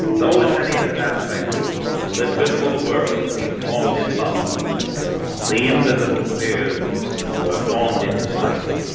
though in many of its aspects this visible world seems formed in love the invisible spheres were formed in flight.